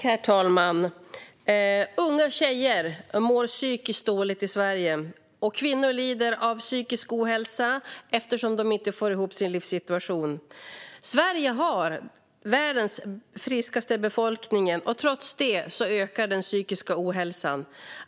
Herr talman! Unga tjejer i Sverige mår psykiskt dåligt, och kvinnor lider av psykisk ohälsa eftersom de inte får ihop sin livssituation. Sverige har världens friskaste befolkning. Trots det ökar den psykiska ohälsan.